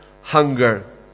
hunger